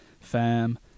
fam